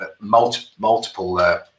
multiple